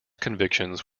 convictions